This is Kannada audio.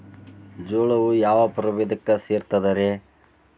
ಜೋಳವು ಯಾವ ಪ್ರಭೇದಕ್ಕ ಸೇರ್ತದ ರೇ?